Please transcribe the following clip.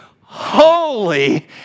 holy